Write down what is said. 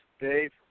Dave